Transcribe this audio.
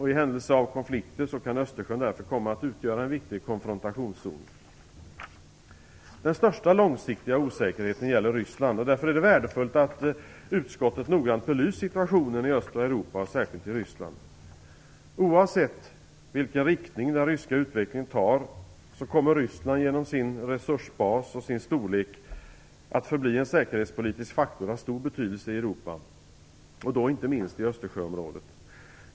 I händelse av konflikter kan Östersjön därför komma att utgöra en viktig konfrontationszon. Den största långsiktiga osäkerheten gäller Ryssland, och därför är det värdefullt att utskottet belyst situationen i östra Europa och särskilt i Ryssland. Oavsett vilken riktning den ryska utvecklingen tar kommer Ryssland genom sin resursbas och sin storlek att förbli en säkerhetspolitisk faktor av stor betydelse i Europa, och då inte minst i Östersjöområdet.